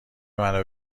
منو